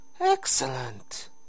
Excellent